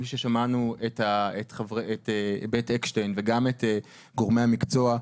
כפי ששמענו את בית אקשטיין ואת אנשי המקצוע,